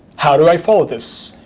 how do i follow this?